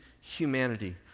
humanity